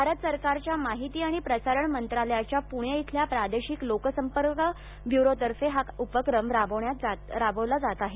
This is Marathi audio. भारत सरकारच्या माहिती आणि प्रसारण मंत्रालयाच्या पुणे इथल्या प्रादेशिक लोकसंपर्क ब्युरोतर्फे हा उपक्रम राबविला जात आहे